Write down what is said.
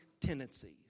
tendencies